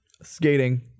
Skating